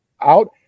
out